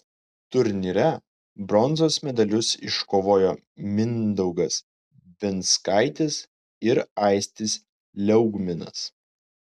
turnyre bronzos medalius iškovojo mindaugas venckaitis ir aistis liaugminas